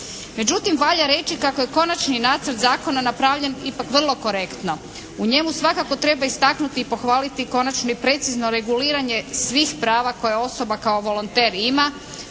Međutim, valja reći kako je Konačni nacrt zakona napravljen ipak vrlo korektno. U njemu svakako treba istaknuti i pohvaliti konačno i precizno reguliranje svih prava koje osoba kao volonter ima,